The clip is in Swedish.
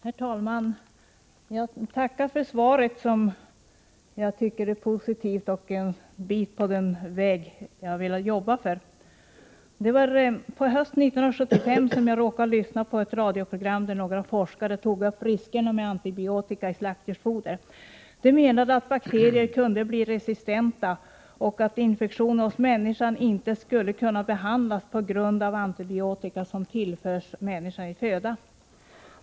Herr talman! Jag tackar för svaret, som jag tycker är positivt och leder en bit på den väg som jag vill arbeta för. Det var på hösten 1975 som jag råkade lyssna på ett radioprogram där några forskare tog upp riskerna med antibiotika i slaktdjursfoder. De menade att bakterier kunde bli resistenta, så att infektioner hos människan inte skulle kunna behandlas på grund av att antibiotika tillförts människan i födan.